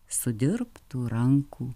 sudirbtų rankų